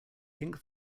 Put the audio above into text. pink